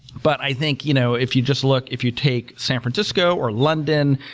but i think you know if you just look if you take san francisco or london,